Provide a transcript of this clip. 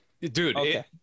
dude